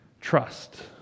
Trust